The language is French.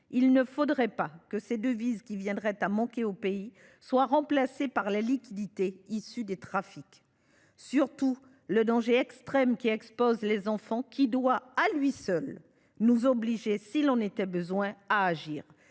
Il ne faudrait pas que les devises qui viendraient à manquer en Haïti soient remplacées par la liquidité issue des trafics. Surtout, le danger extrême auquel les enfants sont exposés, à lui seul, doit nous obliger, s’il en était besoin, à agir.